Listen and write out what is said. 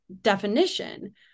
definition